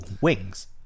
wings